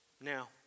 Now